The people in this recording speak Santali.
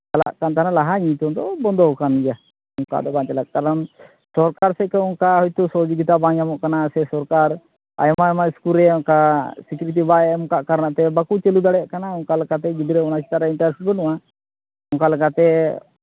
ᱪᱟᱞᱟᱜ ᱠᱟᱱ ᱛᱟᱦᱮᱱ ᱞᱟᱦᱟ ᱱᱤᱛᱜ ᱫᱚ ᱵᱚᱱᱫᱚ ᱟᱠᱟᱱ ᱜᱮᱭᱟ ᱟᱫᱚ ᱵᱟᱝ ᱪᱟᱞᱟᱜᱼᱟ ᱠᱟᱨᱚᱱ ᱥᱚᱨᱠᱟᱨ ᱥᱮᱫ ᱠᱷᱚᱡ ᱚᱱᱠᱟ ᱦᱳᱭᱛᱳ ᱥᱚᱦᱚᱡᱳᱜᱤᱛᱟ ᱵᱟᱝ ᱧᱟᱢᱚᱜ ᱠᱟᱱᱟ ᱥᱮ ᱥᱚᱨᱠᱟᱨ ᱟᱭᱢᱟ ᱟᱭᱢᱟ ᱤᱥᱠᱩᱞ ᱨᱮ ᱚᱱᱠᱟ ᱥᱤᱠᱨᱤᱛᱤ ᱵᱟᱭ ᱮᱢ ᱟᱠᱟᱫ ᱠᱟᱨᱚᱱᱛᱮ ᱵᱟᱠᱚ ᱪᱟᱹᱞᱩ ᱫᱟᱲᱮᱭᱟᱜ ᱠᱟᱱᱟ ᱚᱱᱠᱟ ᱞᱮᱠᱟᱛᱮ ᱜᱤᱫᱽᱨᱟᱹ ᱚᱱᱟ ᱪᱮᱛᱟᱱ ᱨᱮ ᱤᱱᱴᱟᱨᱮᱥᱴ ᱵᱟᱹᱱᱩᱜᱼᱟ ᱚᱱᱠᱟ ᱞᱮᱠᱟᱛᱮ